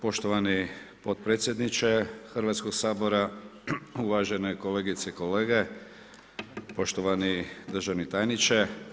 Poštovani potpredsjedniče Hrvatskog sabora, uvažene kolegice i kolege, poštovani državni tajniče.